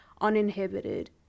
uninhibited